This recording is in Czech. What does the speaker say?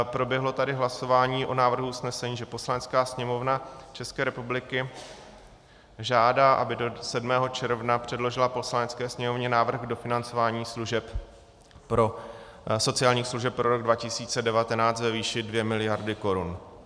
Proběhlo tady hlasování o návrhu usnesení, že Poslanecká sněmovna České republiky žádá, aby do 7. června předložila Poslanecké sněmovně návrh k dofinancování sociálních služeb pro rok 2019 ve výši dvě miliardy korun.